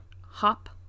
hop